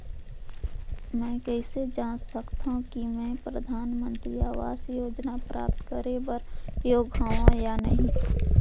मैं कइसे जांच सकथव कि मैं परधानमंतरी आवास योजना प्राप्त करे बर योग्य हववं या नहीं?